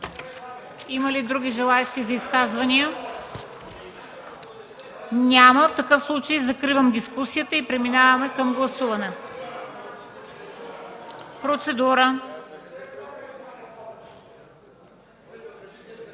Има ли други желаещи за изказвания? Няма. В такъв случай закривам дискусията и преминаваме към гласуване. (Народният